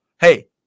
Hey